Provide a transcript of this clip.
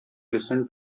listen